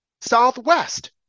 Southwest